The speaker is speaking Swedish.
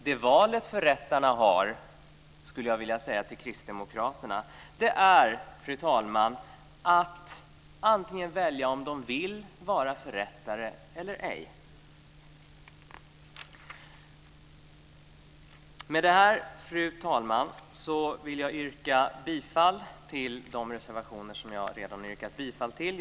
Det val som förrättarna har, fru talman, innebär att välja om de antingen vill vara förrättare eller ej - det skulle jag vilja säga till Kristdemokraterna. Med detta, fru talman, yrkar jag åter bifall till de reservationer som jag redan har yrkat bifall till.